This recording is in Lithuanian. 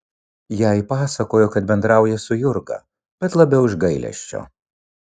jai pasakojo kad bendrauja su jurga bet labiau iš gailesčio